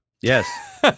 Yes